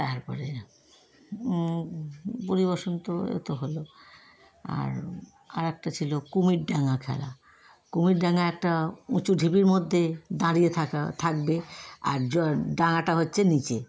তারপরে বুড়ি বসন্ত এতো হলো আর আর একটা ছিলো কুমির ডাঙা খেলা কুমির ডাঙা একটা উঁচু ঢিপির মধ্যে দাঁড়িয়ে থাকা থাকবে আর জ ডাঙাটা হচ্ছে নিচে